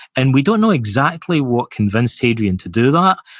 and we don't know exactly what convinced hadrian to do that.